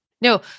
No